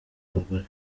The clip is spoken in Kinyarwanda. mugore